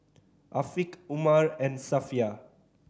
Afiq Umar and Safiya